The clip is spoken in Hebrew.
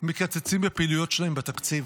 מקצצים בפעילויות שלהן בתקציב.